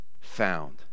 found